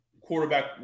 quarterback